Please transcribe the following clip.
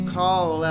call